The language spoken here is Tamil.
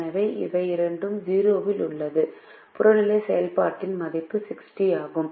எனவே இவை இரண்டும் 0 ல் உள்ளன புறநிலை செயல்பாட்டின் மதிப்பு 60 ஆகும்